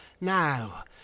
Now